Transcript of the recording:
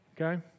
Okay